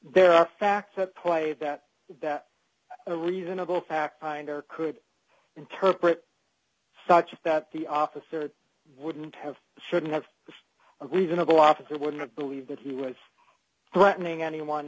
there are facts at play that that a reasonable fact finder could interpret such that the officer wouldn't have shouldn't have a reasonable officer wouldn't believe that he was threatening anyone